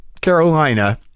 carolina